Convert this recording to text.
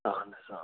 اہن حظ آ